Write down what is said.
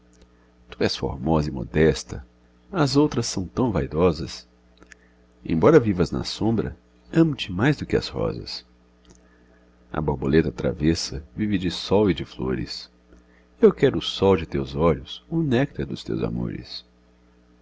tu és formosa e modesta as outras são tão vaidosas embora vivas na sombra amo-te mais do que às rosas a borboleta travessa vive de sol e de flores eu quero o sol de teus olhos o néctar dos teus amores